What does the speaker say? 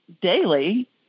daily